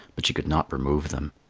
but she could not remove them.